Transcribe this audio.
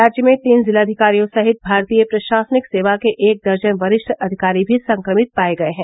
राज्य में तीन जिलाधिकारियों सहित भारतीय प्रशासनिक सेवा के एक दर्जन वरिष्ठ अधिकारी भी संक्रमित पाए गए हैं